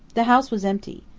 the house was empty.